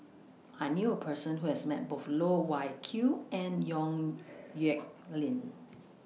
I knew A Person Who has Met Both Loh Wai Kiew and Yong Nyuk Lin